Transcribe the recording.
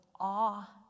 awe